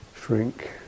shrink